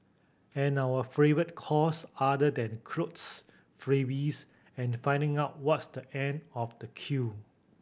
and our favourite cause other than clothes freebies and finding out what's the end of the queue